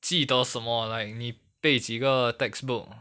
记得什么 like 你背几个 textbook